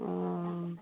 ओ